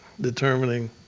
determining